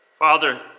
Father